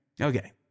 Okay